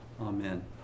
Amen